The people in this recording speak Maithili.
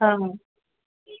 हँ